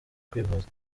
kwivuza